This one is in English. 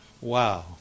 Wow